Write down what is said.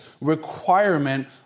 requirement